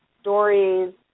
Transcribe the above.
stories